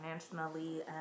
financially